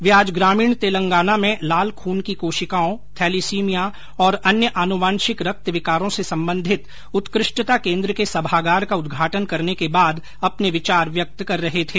वे आज ग्रामीण तेलंगाना में लाल खून की कोशिकाओं थैलीसीमिया और अन्य अनुवांशिक रक्त विकारों से संबंधित उत्कृष्टता केन्द्र के सभागार का उद्घाटन करने के बाद अपने विचार व्यक्त कर रहे थे